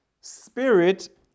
spirit